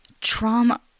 trauma